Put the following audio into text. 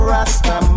Rasta